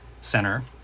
center